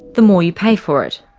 the more you pay for it.